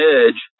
edge